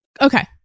Okay